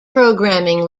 programming